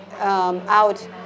out